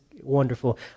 wonderful